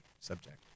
subject